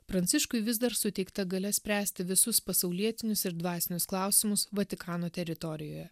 pranciškui vis dar suteikta galia spręsti visus pasaulietinius ir dvasinius klausimus vatikano teritorijoje